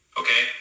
okay